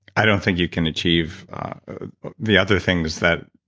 i don't think you can achieve the other things that